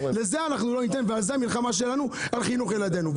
ועל זה המלחמה שלנו על חינוך ילדינו.